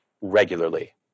regularly